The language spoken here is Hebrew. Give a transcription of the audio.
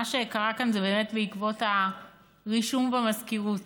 מה שקרה כאן זה באמת בעקבות הרישום במזכירות,